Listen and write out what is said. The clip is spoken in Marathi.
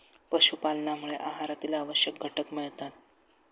पशुपालनामुळे आहारातील आवश्यक घटक मिळतात